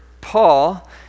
Paul